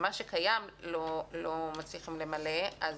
את מה שקיים לא מצליחים למלא.